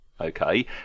okay